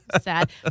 sad